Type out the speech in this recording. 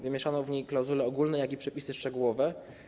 Wymieszano w niej zarówno klauzule ogólne, jak i przepisy szczegółowe.